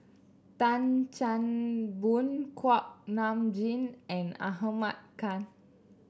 Tan Chan Boon Kuak Nam Jin and Ahmad Khan